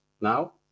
now